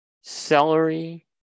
celery